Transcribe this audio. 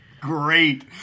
Great